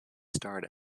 starred